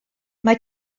mae